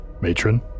matron